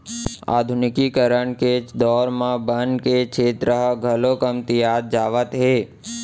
आधुनिकीकरन के दौर म बन के छेत्र ह घलौ कमतियात जावत हे